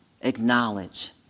acknowledge